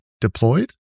deployed